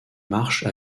marche